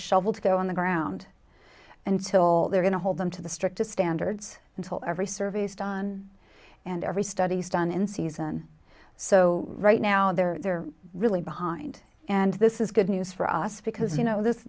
shovel to go on the ground until they're going to hold them to the strictest standards until every surveys done and every studies done in season so right now they're really behind and this is good news for us because you know this